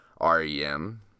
REM